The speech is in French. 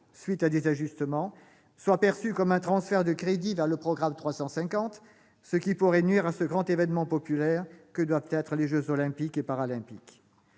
suite d'ajustements, ne soit perçue comme un transfert de crédits vers le programme 350, ce qui pourrait nuire à ce grand événement populaire que doivent être les jeux Olympiques et Paralympiques.